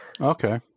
okay